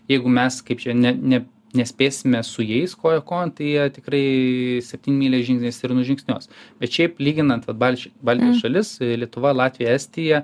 jeigu mes kaip čia ne ne nespėsime su jais koja kojon tai jie tikrai septynmyliais žingsniais ir nužingsniuos bet šiaip lyginant vat balč baltijos šalis lietuva latvija estija